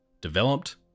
developed